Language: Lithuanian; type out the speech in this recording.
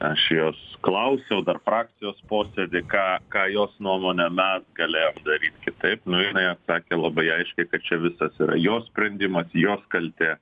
aš jos klausiau dar frakcijos posėdy ką ką jos nuomone mes galėjom daryt kitaip nu jinai atsakė labai aiškiai kad čia visas yra jos sprendimas jos kaltė